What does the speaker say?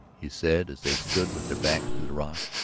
he said as they stood with their backs to the rock.